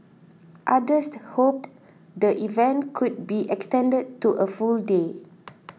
others hoped the event could be extended to a full day